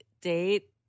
date